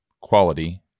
quality